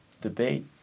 debate